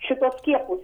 šituos skiepus